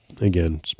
Again